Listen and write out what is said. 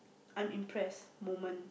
I'm impressed moment